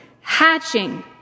hatching